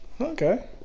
Okay